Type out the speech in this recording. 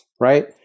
right